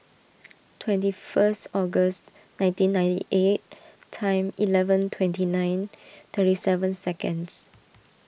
twenty first August nineteen ninety eight time eleven twenty nine thirty seven seconds